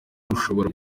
gushobora